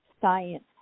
science